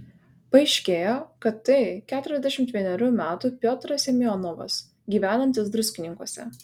paaiškėjo kad tai keturiasdešimt vienerių metų piotras semionovas gyvenantis druskininkuose